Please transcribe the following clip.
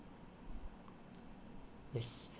yes